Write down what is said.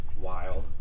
wild